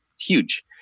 huge